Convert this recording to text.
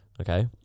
Okay